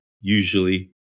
usually